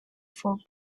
four